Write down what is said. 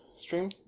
stream